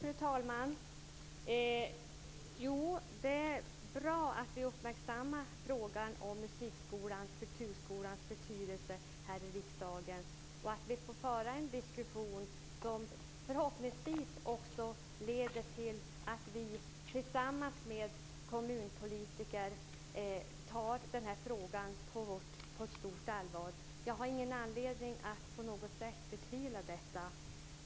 Fru talman! Det är bra att vi uppmärksammar frågan om musikskolans och kulturskolornas betydelse här i riksdagen och att vi för en diskussion som förhoppningsvis också leder till att vi tillsammans med kommunpolitiker tar den här frågan på stort allvar. Jag har ingen anledning att på något sätt betvivla detta.